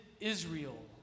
israel